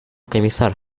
комиссар